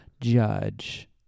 judge